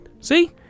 See